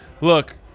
look